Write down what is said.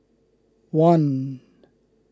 one